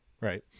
right